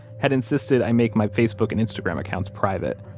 had insisted i make my facebook and instagram accounts private,